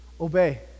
Obey